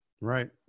Right